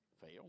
fail